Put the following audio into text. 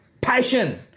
Passion